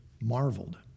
marveled